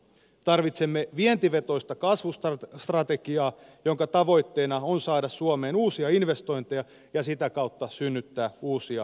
tarvitsemme vientivetoista kasvustrategiaa jonka tavoitteena on saada suomeen uusia investointeja ja sitä kautta synnyttää uusia työpaikkoja